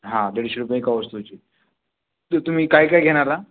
हा दीडशे रुपये एका वस्तूचे तर तुम्ही काय काय घेणार